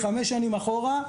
חמש שנים אחורה,